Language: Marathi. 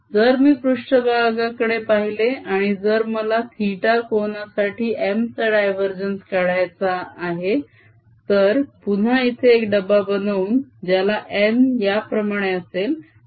जर मी पृष्ट्भागाकडे पाहिले आणि जर मला θ कोनासाठी M चा डायवरजेन्स काढायचा आहे तर पुन्हा इथे एक डब्बा बनवून ज्याला n याप्रमाणे असेल